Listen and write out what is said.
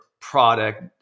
product